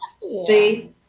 See